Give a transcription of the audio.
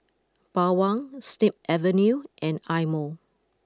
Bawang Snip Avenue and Eye Mo